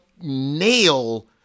nail